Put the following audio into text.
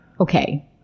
okay